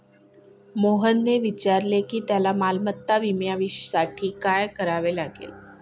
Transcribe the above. मोहनने विचारले की त्याला मालमत्ता विम्यासाठी काय करावे लागेल?